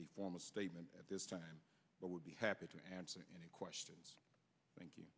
a formal statement at this time but would be happy to answer any questions thank you